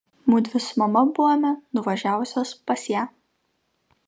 mudvi su mama buvome nuvažiavusios pas ją